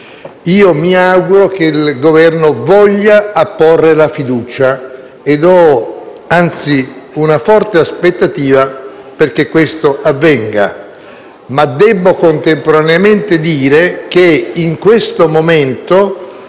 Mi auguro che il Governo voglia apporre la fiducia e, anzi, ho una forte aspettativa perché questo avvenga. Debbo però contemporaneamente dire che in questo momento